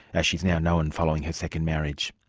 as she is now known, following her second marriage.